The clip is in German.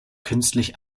künstlich